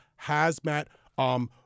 hazmat